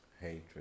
hatred